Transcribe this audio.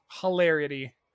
hilarity